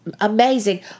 amazing